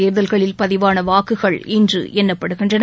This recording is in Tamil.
தேர்தல்களில் பதிவான வாக்குகள் இன்று எண்ணப்படுகின்றன